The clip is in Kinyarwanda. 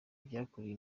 byakuruye